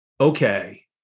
okay